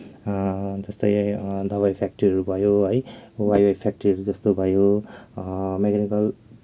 जस्तै दबाई फ्याक्ट्रीहरू भयो है वाईवाई फ्याक्ट्रीहरू जस्तो भयो मेकानिकल